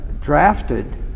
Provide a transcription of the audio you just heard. drafted